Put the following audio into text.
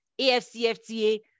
AFCFTA